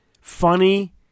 Funny